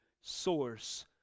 source